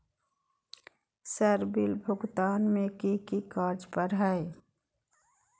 Sir bill भुगतान में की की कार्य पर हहै?